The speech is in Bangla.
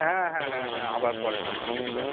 হ্যাঁ হ্যাঁ হ্যাঁ হ্যাঁ আবার পরে ফোন টোন হ্যাঁ রাখছি